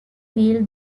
wheel